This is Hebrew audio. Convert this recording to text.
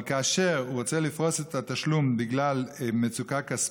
אבל כאשר הוא רוצה לפרוס את התשלום בגלל מצוקה כספית,